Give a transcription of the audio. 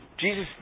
Jesus